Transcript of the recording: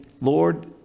Lord